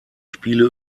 spiele